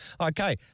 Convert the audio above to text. Okay